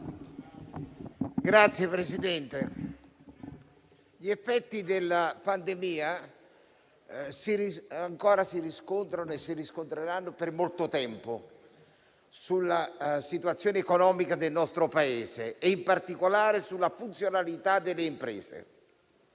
Signor Presidente, gli effetti della pandemia ancora si riscontrano e si riscontreranno per molto tempo nell'ambito della situazione economica del nostro Paese, in particolare sulla funzionalità delle imprese.